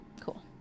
Cool